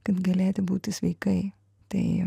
kad galėti būti sveikai tai